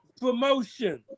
promotion